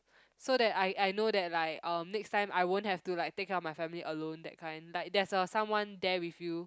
so that I I know that like um next time I won't have to like take care of my family alone that kind like there's a someone there with you